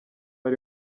ari